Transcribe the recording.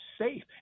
safe